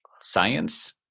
science